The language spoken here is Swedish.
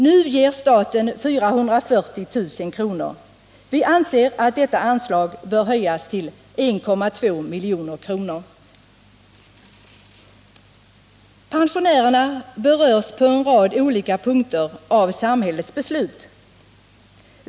Nu ger staten 440 000 kr. Vi anser att detta anslag bör höjas till 1,2 milj.kr. Pensionärerna berörs av samhällets beslut på en rad olika punkter.